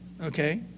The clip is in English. Okay